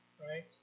right